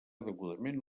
degudament